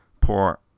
poor